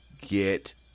get